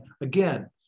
again